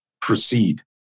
proceed